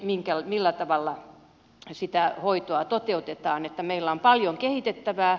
siinä millä tavalla hoitoa toteutetaan meillä on paljon kehitettävää